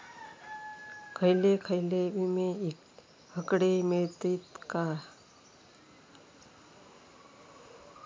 खयले खयले विमे हकडे मिळतीत?